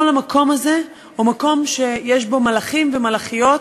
כל המקום הזה הוא מקום שיש בו מלאכים ומלאכיות,